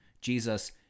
Jesus